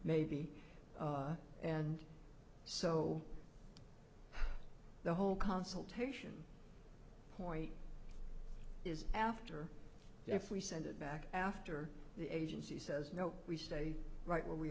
maybe and so the whole consultation point is after if we send it back after the agency says no we stay right where we